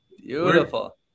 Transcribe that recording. beautiful